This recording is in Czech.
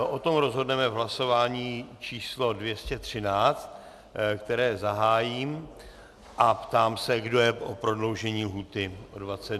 O tom rozhodneme v hlasování číslo 213, které zahájím, a ptám se, kdo je o prodloužení lhůty o dvacet dnů.